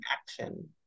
action